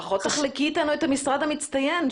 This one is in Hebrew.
לפחות תחלקי איתנו את המשרד המצטיין.